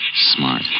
Smart